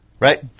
Right